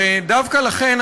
ודווקא לכן,